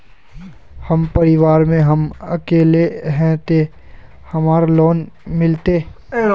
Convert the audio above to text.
हम परिवार में हम अकेले है ते हमरा लोन मिलते?